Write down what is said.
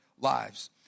lives